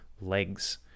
legs